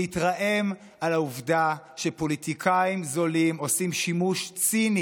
להתרעם על העובדה שפוליטיקאים זולים עושים שימוש ציני